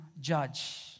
judge